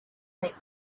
they